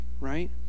right